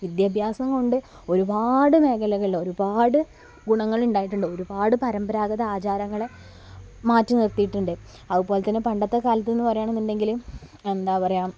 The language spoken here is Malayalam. വിദ്യാഭ്യാസം കൊണ്ട് ഒരുപാട് മേഖലകളിൽ ഒരുപാട് ഗുണങ്ങളുണ്ടായിട്ടുണ്ട് ഒരുപാട് പരമ്പരാഗത ആചാരങ്ങളെ മാറ്റി നിർത്തിയിട്ടുണ്ട് അതുപോലെ തന്നെ പണ്ടത്തെ കാലത്തെന്നു പറയാണെന്നുണ്ടെങ്കിൽ എന്താ പറയുക